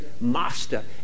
master